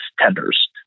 tenders